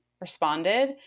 responded